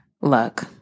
Look